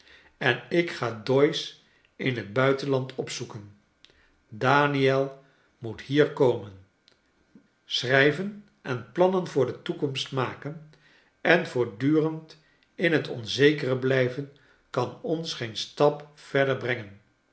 en ik ga doyce in het buitenland opzoeken daniel moet hier komen schrijven ten plannen voor de toekomst maken en voortdurend in het onzekere blijven kan ons geen stap verder brengen